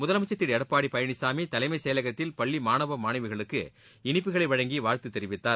முதலமைச்சள் திரு எடப்பாடி பழனிசாமி தலைமைச் செயலகத்தில் பள்ளி மாணவ மாணவிகளுக்கு இனிப்புகளை வழங்கி வாழ்த்து தெரிவித்தார்